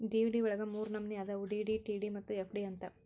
DD ವಳಗ ಮೂರ್ನಮ್ನಿ ಅದಾವು ಡಿ.ಡಿ, ಟಿ.ಡಿ ಮತ್ತ ಎಫ್.ಡಿ ಅಂತ್